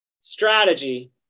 strategy